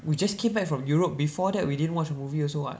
we just came back from europe before that we didn't watch a movie also [what]